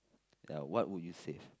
ya what would you save